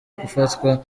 gufatwa